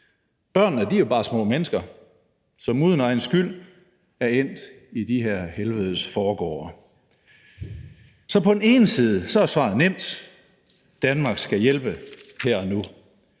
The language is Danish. Børnene er jo bare små mennesker, som uden egen skyld er endt i de her helvedes forgårde. Så på den ene side er svaret nemt: Danmark skal hjælpe her og nu.